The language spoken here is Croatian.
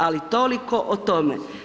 Ali toliko o tome.